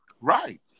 Right